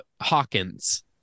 Hawkins